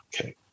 okay